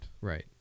Right